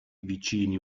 vicini